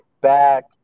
back